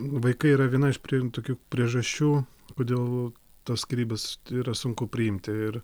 vaikai yra viena iš pri tokių priežasčių kodėl tos skyrybas yra sunku priimti ir